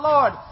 Lord